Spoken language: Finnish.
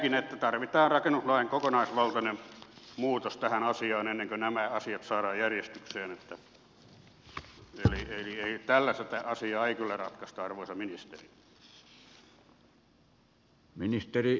näenkin että tarvitaan rakennuslain kokonaisvaltainen muutos tähän asiaan ennen kuin nämä asiat saadaan järjestykseen eli tällä sitä asiaa ei kyllä ratkaista arvoisa ministeri